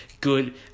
good